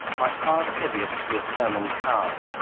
by far the heaviest was herman kahn,